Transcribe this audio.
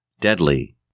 Deadly